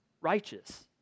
Righteous